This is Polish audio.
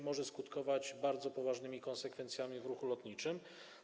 Może to skutkować bardzo poważnymi konsekwencjami w ruchu lotniczym.